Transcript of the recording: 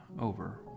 over